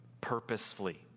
purposefully